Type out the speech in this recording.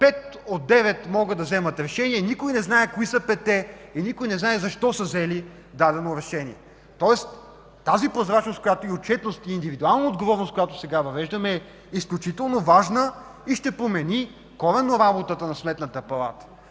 пет от девет могат да вземат решение, но никой не знае кои са петте и никой не знае защо са взели дадено решение. Тази прозрачност, отчетност и индивидуална отговорност, които сега въвеждаме, са изключително важни и ще променят коренно работата на